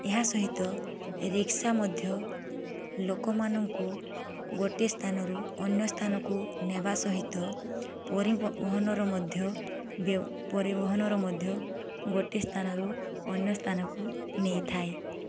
ଏହା ସହିତ ରିକ୍ସା ମଧ୍ୟ ଲୋକମାନଙ୍କୁ ଗୋଟେସ୍ଥାନରୁ ଅନ୍ୟସ୍ଥାନକୁ ନେବା ସହିତ ପରିବହନର ମଧ୍ୟ ବ୍ୟ ପରିବହନର ମଧ୍ୟ ଗୋଟେସ୍ଥାନରୁ ଅନ୍ୟସ୍ଥାନକୁ ନେଇଥାଏ